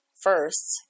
first